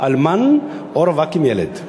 אלמן או רווק עם ילד.